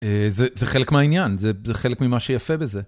זה זה חלק מהעניין, זה זה חלק ממה שיפה בזה.